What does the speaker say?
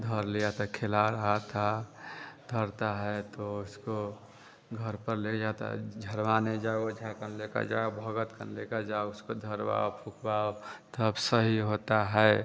धर लिया था खेला रहा था धरता है तो घर पर ले जाता झरवाने जाओ झरकन लेकर जाओ भोगत कन लेकर जाओ उसको धरवाओ फुकवाओ तब सही होता है